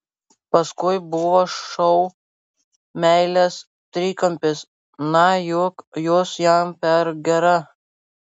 paskui buvo šou meilės trikampis na juk jūs jam per gera